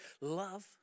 love